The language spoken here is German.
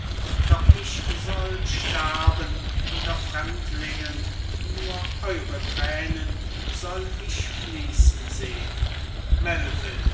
doch ich soll sterben unter fremdlingen nur eure tränen soll ich fließen sehn